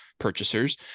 purchasers